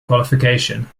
qualification